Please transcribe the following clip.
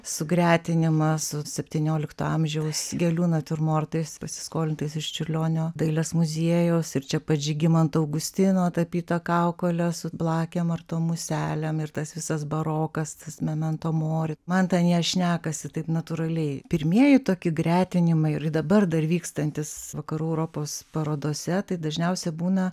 sugretinimą su septyniolikto amžiaus gėlių natiurmortais pasiskolintais iš čiurlionio dailės muziejaus ir čia pat žygimanto augustino tapyta kaukolė su blakėm ar tom muselėm ir tas visas barokas tas memento mori man ten anie šnekasi taip natūraliai pirmieji toki gretinimai ir dabar dar vykstantis vakarų europos parodose tai dažniausiai būna